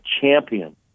champion